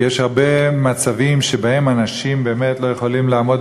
כי יש הרבה מצבים שבהם אנשים באמת לא יכולים לעמוד